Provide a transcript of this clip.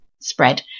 spread